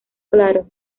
claro